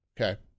okay